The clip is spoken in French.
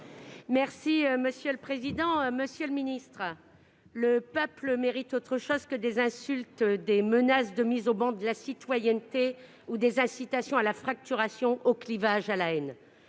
Monsieur le secrétaire d'État, le peuple mérite autre chose que des insultes, des menaces de mise au ban de la citoyenneté ou des incitations à la fracturation, au clivage, à la haine.